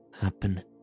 happen